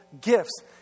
gifts